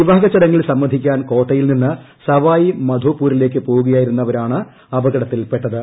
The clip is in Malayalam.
വിവാഹ ചടങ്ങിൽ സംബന്ധിക്കാൻ കോട്ടയിൽ നിന്ന് സവായ് മധോപൂരിലേക്ക് പോവുകയായിരുന്നവരാണ് അപകടത്തിൽപെട്ടത്